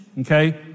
okay